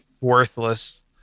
worthless